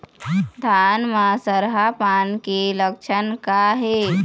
धान म सरहा पान के लक्षण का हे?